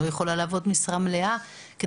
אני לא יכולה לעבוד במשרה מלאה ותוך